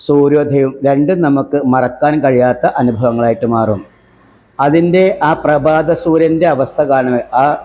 സൂര്യോദയം രണ്ടും നമുക്ക് മറക്കാൻ കഴിയാത്ത അനുഭവങ്ങളായിട്ട് മാറും അതിൻ്റെ ആ പ്രഭാത സൂര്യൻ്റവസ്ഥ കാരണം ആ